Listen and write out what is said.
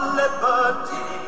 liberty